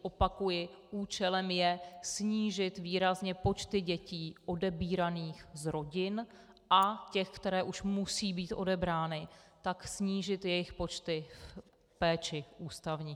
Opakuji, účelem je snížit výrazně počty dětí odebíraných z rodin a těch, které už musí být odebrány, tak snížit jejich počty v péči ústavní.